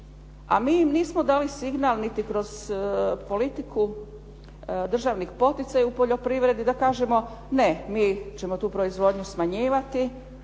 im nismo dali signal niti kroz politiku državnih poticaja u poljoprivredi da kažemo ne, mi ćemo tu proizvodnju smanjivati,